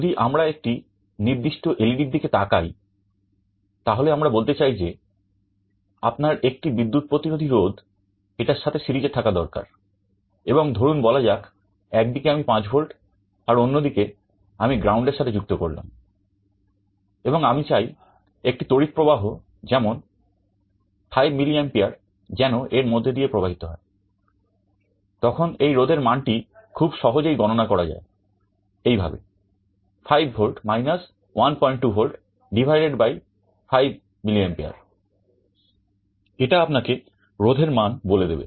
যদি আমরা একটি নির্দিষ্ট এলইডি 5mA এটা আপনাকে রোধের মান বলে দেবে